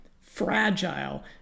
fragile